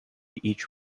each